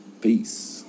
peace